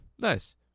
Nice